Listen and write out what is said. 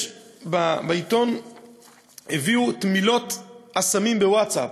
בעיתון הביאו את מילות הסמים בווטסאפ.